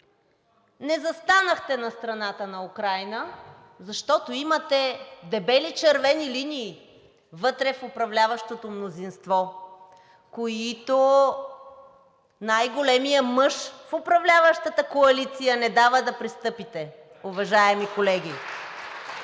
Не застанахте на страната на Украйна, защото имате дебели червени линии вътре в управляващото мнозинство, които най-големият мъж в управляващата коалиция не дава да пристъпите, уважаеми колеги.